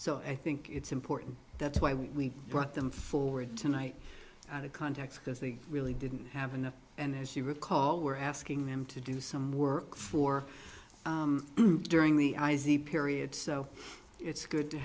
so i think it's important that's why we brought them forward tonight out of context because they really didn't have enough and as you recall we're asking them to do some work for during the i c period so it's good to